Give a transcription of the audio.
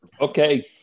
Okay